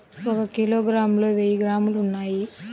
ఒక కిలోగ్రామ్ లో వెయ్యి గ్రాములు ఉన్నాయి